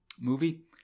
movie